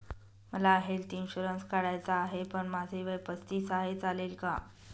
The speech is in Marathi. मला हेल्थ इन्शुरन्स काढायचा आहे पण माझे वय पस्तीस आहे, चालेल का?